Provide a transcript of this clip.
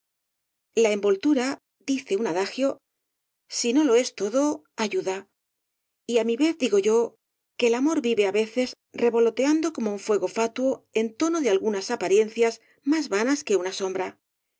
la envoltura dice un adagio si lo es todo ayuda y á mi vez digo yo que el amor vive á veces revoloteando como un fuego fatuo en tono de algunas apariencias más vanas que una sombra